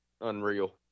unreal